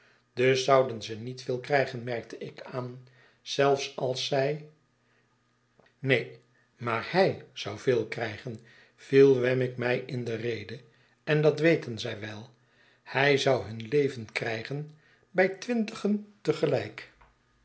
dus zouden ze niet veel krijgen merkte ik aan zelfs als zij neen maar hij zou veel krijgen viel wemmick mij in de rede en dat weten zij wel hij zou hun leven krygen bij twintigen te